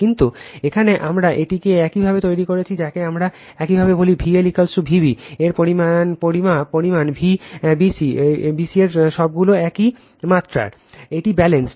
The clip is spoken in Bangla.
কিন্তু এখানে আমরা এটিকে একইভাবে তৈরি করেছি যাকে আমরা একইভাবে বলি V L Vb এর পরিমান Vbc এর সবগুলো একই মাত্রার এটি ব্যালেন্সড